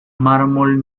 mármol